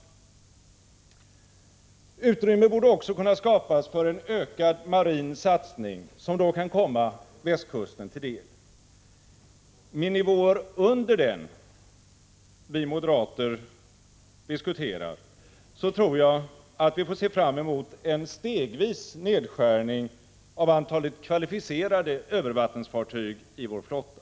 9” Utrymme borde också kunna skapas för en ökad marin satsning, som då kan komma västkusten till del. Med nivåer under den som vi moderater diskuterar tror jag att man får se fram mot en stegvis nedskärning av antalet kvalificerade övervattensfartyg i vår flotta.